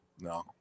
no